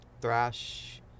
thrash